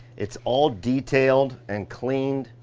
it's all detailed and cleaned,